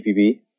PPB